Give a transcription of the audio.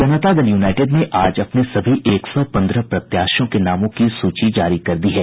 जनता Dal United ने आज अपने सभी एक सौ पंद्रह प्रत्याशियों के नामों की सूची जारी कर दी है